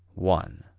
one.